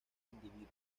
individuos